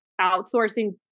outsourcing